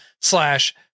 slash